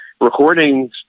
recordings